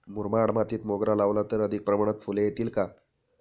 मुरमाड मातीत मोगरा लावला तर अधिक प्रमाणात फूले येतील का?